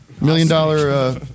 million-dollar